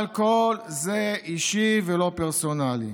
אבל כל זה אישי ולא פרסונלי.